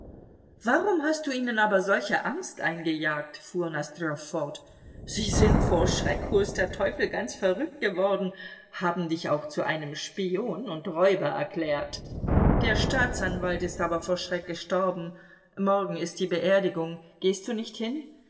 warum hast du ihnen aber solche angst eingejagt fuhr nosdrjow fort sie sind vor schreck hol's der teufel ganz verrückt geworden haben dich auch zu einem spion und räuber erklärt der staatsanwalt ist aber vor schreck gestorben morgen ist die beerdigung gehst du nicht hin